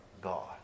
God